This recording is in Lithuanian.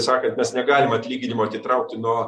sakant mes negalim atlyginimo atitraukti nuo